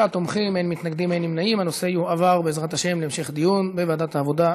ההצעה להעביר את הנושא לוועדת העבודה,